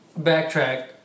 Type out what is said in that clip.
Backtrack